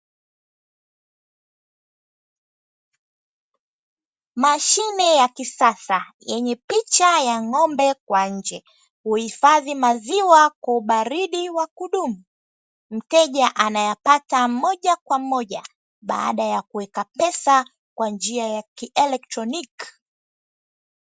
Mashine ya kisasa yenye picha ya ng'ombe kwa nje, huhifadhi maziwa kwa ubaridi wa kudumu. Mteja anayapata moja kwa moja, baada ya kuweka pesa kwa njia ya kielektoniki.